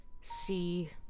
see